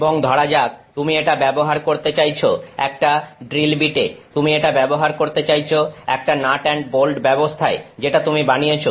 এবং ধরা যাক তুমি এটা ব্যবহার করতে চাইছ একটা ড্রিল বিট এ তুমি এটা ব্যবহার করতে চাইছ একটা নাট এন্ড বোল্ট ব্যবস্থায় যেটা তুমি বানিয়েছ